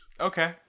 Okay